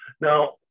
Now